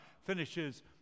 finishes